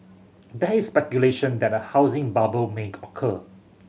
there is speculation that a housing bubble may occur